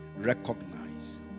recognize